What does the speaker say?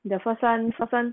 the first [one] first [one]